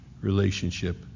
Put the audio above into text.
relationship